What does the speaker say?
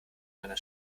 deiner